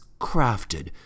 crafted